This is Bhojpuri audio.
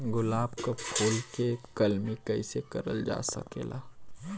गुलाब क फूल के कलमी कैसे करल जा सकेला?